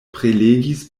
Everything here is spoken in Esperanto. prelegis